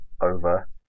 over